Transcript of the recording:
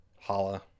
Holla